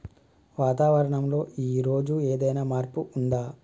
వాతావరణం లో ఈ రోజు ఏదైనా మార్పు ఉందా?